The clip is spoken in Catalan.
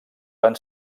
van